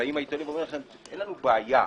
העיתונים אומרים: אין לנו בעיה,